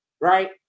right